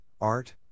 art